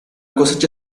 cosecha